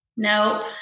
Nope